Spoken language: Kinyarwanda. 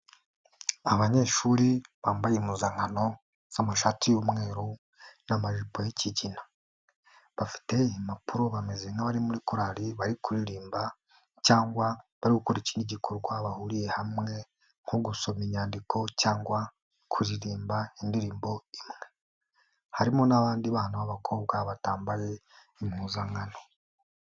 Abanyeshuri bambaye impuzankano z'amashati y'umweru n'amajipo y'ikigina, bafite impapuro bameze nk'abari muri korali bari kuririmba cyangwa bari gukora ikindi gikorwa bahuriye hamwe nko gusoma inyandiko cyangwa kuririmba indirimbo, harimo n'abandi bana b'abakobwa batambaye impuzankano.